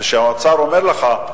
האוצר אומר לך: